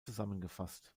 zusammengefasst